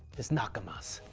his nakamas,